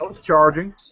charging